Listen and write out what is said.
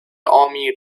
army